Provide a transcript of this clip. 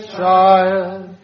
child